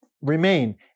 remain